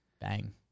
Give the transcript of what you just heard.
Bang